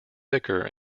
thicker